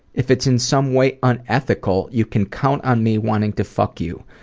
if it's in someway unethical, you can count on me wanting to fuck you.